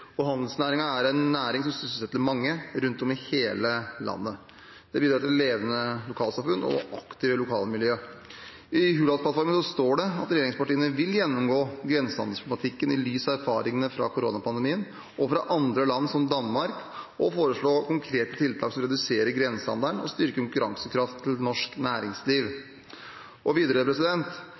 er en næring som sysselsetter mange rundt om i hele landet. Den bidrar til levende lokalsamfunn og aktive lokalmiljø. I Hurdalsplattformen står det at regjeringspartiene vil gjennomgå grensehandelsproblematikken i lys av erfaringene fra koronapandemien og fra andre land, som Danmark, og foreslå konkrete tiltak som reduserer grensehandelen og styrker konkurransekraften til norsk næringsliv. Videre: